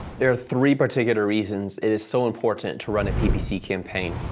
there are three particular reasons it is so important to run a ppc campaign.